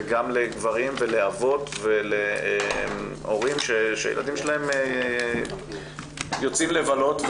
גם לגברים ולאבות ולהורים שהילדים שלהם יוצאים לבלות.